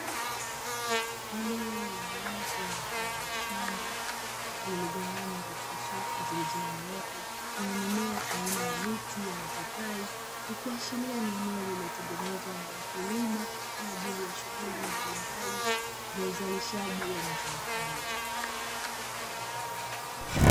Eneo la wazi mfano wa shamba lililogawanywa katika safu zilizonyooka zenye mimea aina ya miti ya mapapai, ikiashiria ni eneo lililotengenezwa na wakulima kwa ajili ya shughuli mbalimbali za uzalishaji wa mazao hayo.